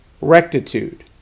rectitude